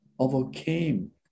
overcame